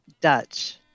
Dutch